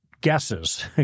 guesses